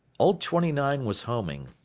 old twenty nine was homing.